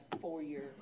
four-year